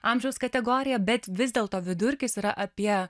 amžiaus kategoriją bet vis dėlto vidurkis yra apie